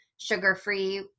sugar-free